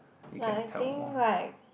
like I think like